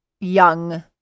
young